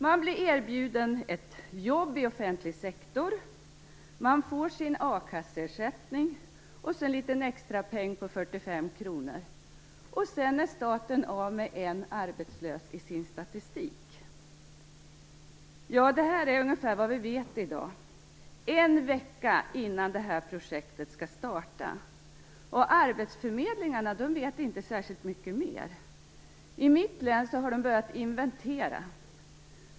Man blir erbjuden ett jobb i den offentliga sektorn, man får sin a-kasseersättning och så en liten extrapeng på 45 kr, och sedan är staten av med en arbetslös i sin statistik. Det här är ungefär vad vi vet i dag, en vecka innan projektet skall starta. Arbetsförmedlingarna vet inte särskilt mycket mer. I mitt län har de börjat inventera.